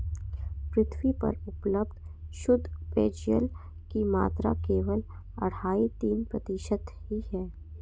पृथ्वी पर उपलब्ध शुद्ध पेजयल की मात्रा केवल अढ़ाई तीन प्रतिशत ही है